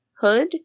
hood